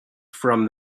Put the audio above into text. from